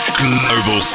Global